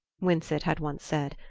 winsett had once said.